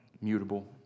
mutable